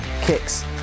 kicks